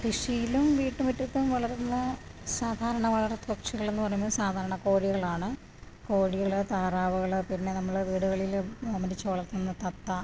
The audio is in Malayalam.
കൃഷിയിലും വീട്ടുമുറ്റത്തും വളർത്തുന്ന സാധാരണ വളർത്തു പക്ഷികൾ എന്ന് പറയുമ്പോള് സാധാരണ കോഴികളാണ് കോഴികള് താറാവുകള് പിന്നെ നമ്മളെ വീടുകളില് ഓമനിച്ചു വളർത്തുന്ന തത്ത